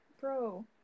Bro